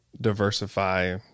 diversify